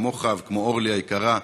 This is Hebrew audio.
כמוך וכמו אורלי היקרה,